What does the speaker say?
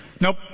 Nope